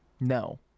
No